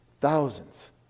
Thousands